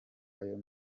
ayo